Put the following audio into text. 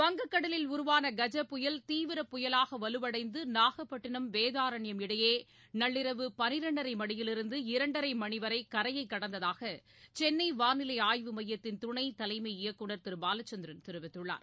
வங்கக்டலில் உருவான கஜ புயல் தீவிரப்புயலாகவலுவடைந்துநாகப்பட்டிணம் வேதாரண்யம் இடையேநள்ளிரவு பன்னிரெண்டரைமணியிலிருந்து இரண்டரைமணிவரைகரையைகடந்ததாகசென்னைவானிலைஆய்வு மையத்தின் துணைதலைமை இயக்குநர் திருபாலச்சந்திரன் தெரிவித்துள்ளார்